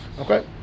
Okay